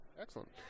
Excellent